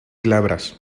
glabras